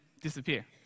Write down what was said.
disappear